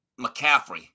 mccaffrey